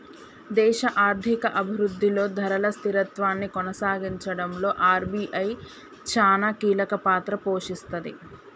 దేశ ఆర్థిక అభిరుద్ధిలో ధరల స్థిరత్వాన్ని కొనసాగించడంలో ఆర్.బి.ఐ చానా కీలకపాత్ర పోషిస్తది